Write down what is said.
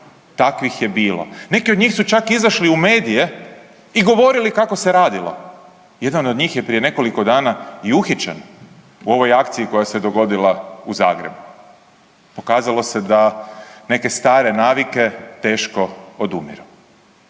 takvih je bilo. Neki do njih su čak izašli u medije i govorili kako se radilo. Jedan od njih je prije nekoliko dana i uhićen u ovoj akciji koja se dogodila u Zagrebu. Pokazalo se da neke stare navike teško odumiru.